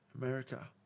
America